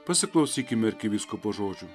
pasiklausykime arkivyskupo žodžių